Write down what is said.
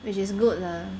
which is good lah